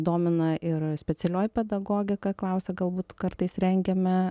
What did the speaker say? domina ir specialioji pedagogika klausia galbūt kartais rengiame